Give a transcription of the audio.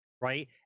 right